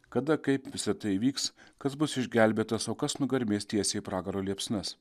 kada kaip visa tai vyks kas bus išgelbėtas o kas nugarmės tiesiai į pragaro liepsnas